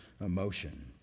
emotion